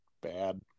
bad